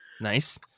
Nice